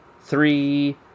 three